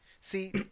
see